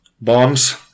bombs